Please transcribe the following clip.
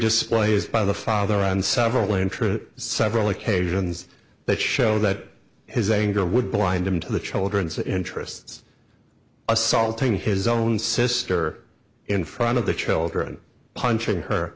displays by the father on several untrue several occasions that show that his anger would blind him to the children's interests assaulting his own sister in front of the children punching her